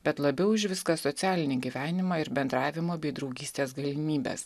bet labiau už viską socialinį gyvenimą ir bendravimo bei draugystės galimybes